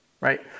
right